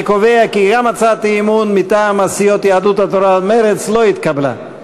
אני קובע כי גם הצעת האי-אמון מטעם הסיעות יהדות התורה ומרצ לא התקבלה.